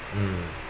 mm